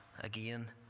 again